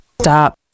Stop